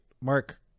Mark